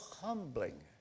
humbling